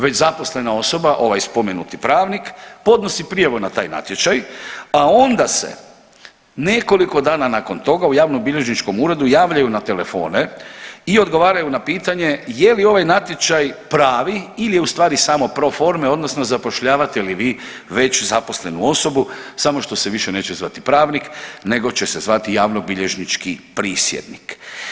Već zaposlena osoba, ovaj spomenuti pravnik podnosi prijavu na taj natječaj, a onda se nekoliko dana nakon toga u javnobilježničkom uredu javljaju na telefone i odgovaraju na pitanje je li ovaj natječaj pravi ili je u stvari samo pro forme, odnosno zapošljavate li vi već zaposlenu osobu, samo što se više neće zvati pravnik, nego će se zvati javnobilježnički prisjednik.